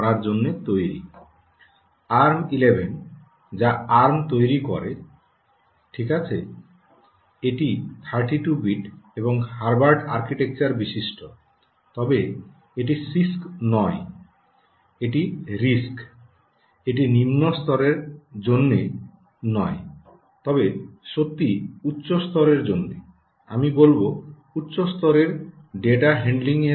arm 11 যা ARM তৈরি করে ঠিক আছে এটি 32 বিট এবং হার্ভার্ড আর্কিটেকচার বিশিষ্ট তবে এটি সিআইএসকে নয় এটি আরআইএসসি এটি নিম্ন স্তরের জন্য নয় তবে সত্যই উচ্চ স্তরের জন্য আমি বলব উচ্চ স্তরের ডেটা হ্যান্ডলিং এর জন্য